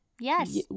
Yes